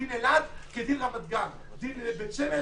דין אלעד כדין רמת גן, דין בית שמש